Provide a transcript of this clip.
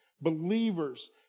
believers